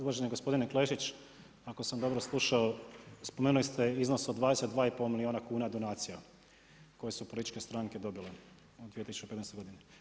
Uvaženi gospodine Klešić, ako sam dobro slušao, spomenuli ste iznos od 22 i pol milijuna kuna donacija koje su političke stranke dobile u 2015. godini.